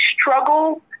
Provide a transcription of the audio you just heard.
struggle